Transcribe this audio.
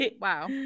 Wow